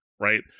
right